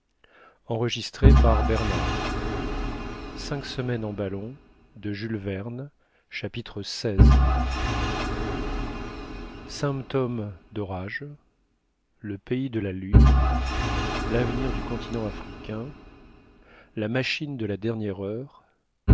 chapitre xvi symptômes d'orage le pays de la lune l'avenir du continent africain la machine de la dernière heure